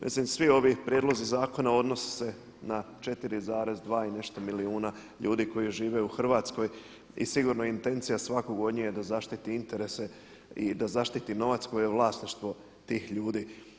Mislim svi ovi prijedlozi zakona odnose se na 4,2 i nešto milijuna ljudi koji žive u Hrvatskoj i sigurno je intencija svakog od njih da zaštiti interese i da zaštiti novac koji je vlasništvo tih ljudi.